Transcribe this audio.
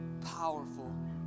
powerful